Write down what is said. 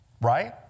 Right